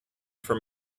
for